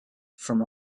from